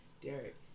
Derek